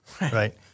right